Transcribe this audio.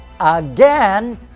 again